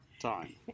time